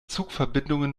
zugverbindungen